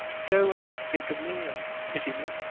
go and think of me, and pity me.